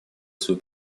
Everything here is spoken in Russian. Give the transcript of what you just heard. свою